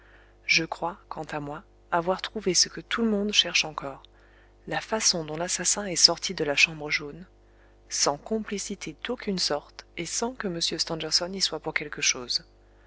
je crois quant à moi avoir trouvé ce que tout le monde cherche encore la façon dont l'assassin est sorti de la chambre jaune sans complicité d'aucune sorte et sans que m stangerson y soit pour quelque chose